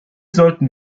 sollten